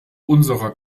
unserer